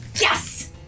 Yes